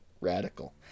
Radical